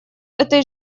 этой